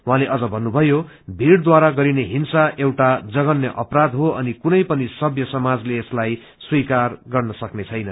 उझैंले अझ भन्नुभयो भीड़द्वारा गरिने हिंसा एउटा जक्न्य अपराध हो अनि कुनै पनि सभ्य समाजले यसलाई स्वीकार गर्न सक्दैन